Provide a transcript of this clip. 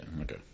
Okay